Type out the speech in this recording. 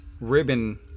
ribbon